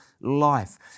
life